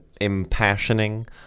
impassioning